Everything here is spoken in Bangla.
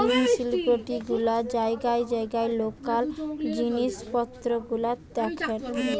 মিউনিসিপালিটি গুলা জায়গায় জায়গায় লোকাল জিনিস পত্র গুলা দেখেন